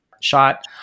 shot